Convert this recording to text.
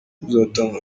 uzatanga